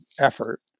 effort